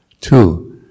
Two